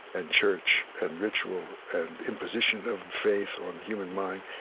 and church, and ritual, and imposition of faith on the human mind,